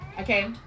Okay